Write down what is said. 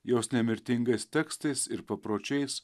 jos nemirtingais tekstais ir papročiais